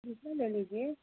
دوسرا لے لیجیے